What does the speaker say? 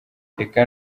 reka